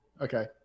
okay